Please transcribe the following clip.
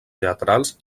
teatrals